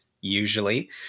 usually